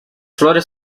flores